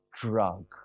drug